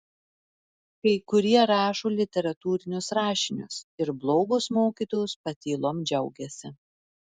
kai kurie rašo literatūrinius rašinius ir blogos mokytojos patylom džiaugiasi